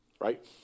right